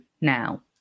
now